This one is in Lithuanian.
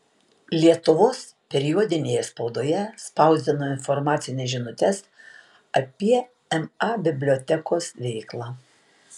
lietuvos periodinėje spaudoje spausdino informacines žinutes apie ma bibliotekos veiklą